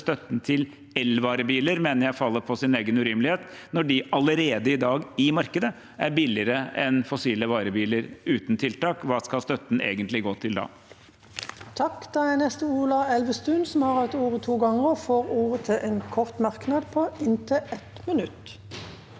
støtten til elvarebiler mener jeg faller på sin egen urimelighet når de allerede i dag i markedet er billigere enn fossile varebiler – uten tiltak. Hva skal støtten egentlig gå til da?